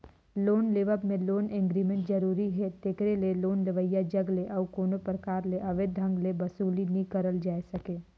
loan लेवब में loan agreement जरूरी हे तेकरे ले लोन लेवइया जग ले अउ कोनो परकार ले अवैध ढंग ले बसूली नी करल जाए सके